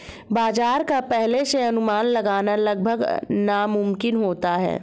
बाजार का पहले से अनुमान लगाना लगभग नामुमकिन होता है